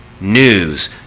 news